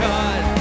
God